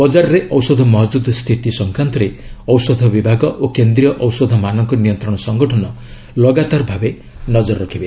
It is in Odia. ବଜାରରେ ଔଷଧ ମହଜୁଦ୍ ସ୍ଥିତି ସଂକ୍ରାନ୍ତରେ ଔଷଧ ବିଭାଗ ଓ କେନ୍ଦ୍ରୀୟ ଔଷଧ ମାନକ ନିୟନ୍ତ୍ରଣ ସଂଗଠନ ଲଗାତର ଭାବେ ନଜର ରଖିବେ